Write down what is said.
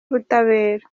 butabera